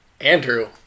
Andrew